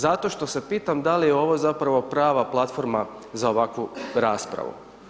Zato što se pitam, da li je ovo zapravo prava platforma za ovakvu raspravu.